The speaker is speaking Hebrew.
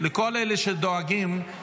זה סגן.